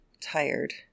tired